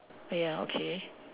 ah ya okay